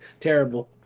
Terrible